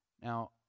Now